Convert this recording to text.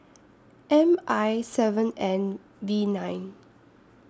M I seven N V nine